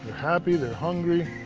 happy. they are hungry.